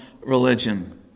religion